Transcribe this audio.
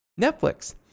Netflix